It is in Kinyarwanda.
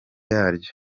yaryo